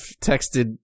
texted